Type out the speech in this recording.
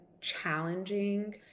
challenging